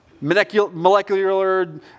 molecular